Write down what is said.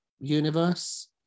universe